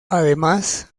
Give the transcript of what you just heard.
además